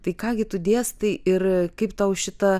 tai ką gi tu dėstai ir kaip tau šita